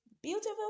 Beautiful